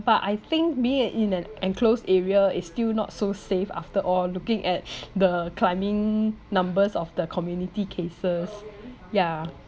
but I think being in an enclosed area is still not so safe after all looking at the climbing numbers of the community cases yeah